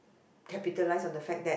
capitalize on the fact that